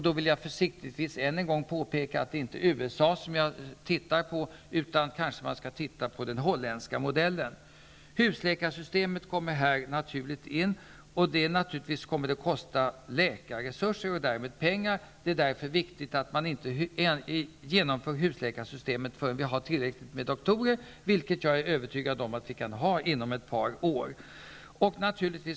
Då vill jag försiktigtvis än en gång påpeka att det inte är USA som jag tittar på, utan vi skall kanske titta på den holländska modellen. Här kommer husläkarsystemet naturligt in. Det kommer naturligtvis att kosta läkarresurser och därmed pengar. Därför är det viktigt att vi inte genomför husläkarsystemet förrän vi har tillräckligt med doktorer. Jag är övertygad om att vi kan ha det inom ett par år.